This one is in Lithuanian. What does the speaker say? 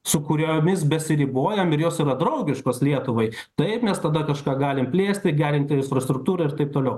su kuriomis besiribojam ir jos na draugiškos lietuvai taip mes tada kažką galime plėsti gerinti infrastruktūrą ir taip toliau